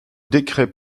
décret